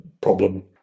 problem